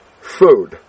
food